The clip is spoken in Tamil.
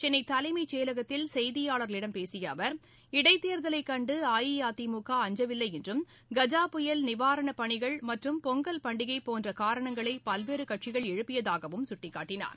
சென்னை தலைமை செயலகத்தில் செய்தியாளர்களிடம் பேசிய அவர் இடைத்தேர்தலை கண்டு அஇஅதிமுக அஞ்சவில்லை என்றும் கஜா புயல் நிவாரணப் பணிகள் மற்றும் பொங்கல் பண்டிகை போன்ற காரணங்களை பல்வேறு கட்சிகள் எழுப்பியதாகவும் சுட்டிக்காட்டினார்